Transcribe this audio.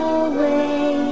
away